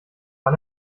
man